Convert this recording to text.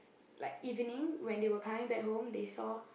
like evening when they were coming back home they saw